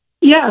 Yes